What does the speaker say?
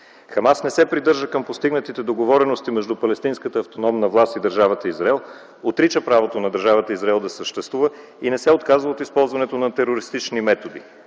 „Хамас” не се придържа към постигнатите договорености между палестинската автономна власт и държавата Израел, отрича правото на държавата Израел да съществува и не се отказва от използването на терористични методи.